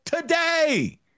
today